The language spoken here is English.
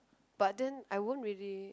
but then I won't really